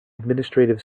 administrative